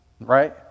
Right